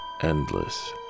endless